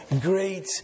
Great